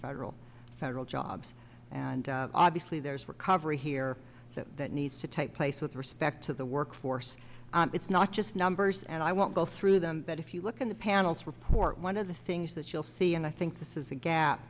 federal federal jobs and obviously there's recovery here so that needs to take place with respect to the workforce it's not just numbers and i won't go through them but if you look at the panel's report one of the things that you'll see and i think this is a gap